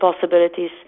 possibilities